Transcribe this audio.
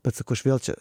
bet sakau aš vėl čia